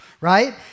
right